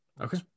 Okay